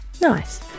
nice